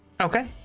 Okay